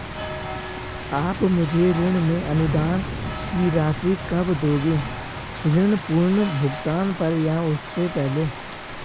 आप मुझे ऋण में अनुदान की राशि कब दोगे ऋण पूर्ण भुगतान पर या उससे पहले?